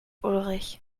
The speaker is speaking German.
ulrich